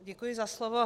Děkuji za slovo.